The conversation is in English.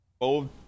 Old